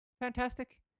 Fantastic